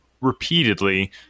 repeatedly